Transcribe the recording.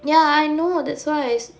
ya I know that's why I sa~